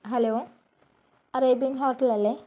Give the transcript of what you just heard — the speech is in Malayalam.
ഹലോ അറേബ്യൻ ഹോട്ടലല്ലേ